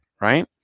Right